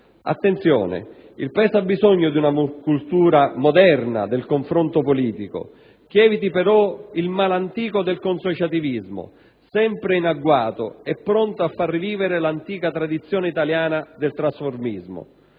Attenzione, il Paese ha bisogno di una moderna cultura del confronto politico che eviti però il male antico del consociativismo, sempre in agguato e pronto a far rivivere l'antica tradizione italiana del trasformismo.